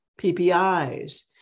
PPIs